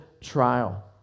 trial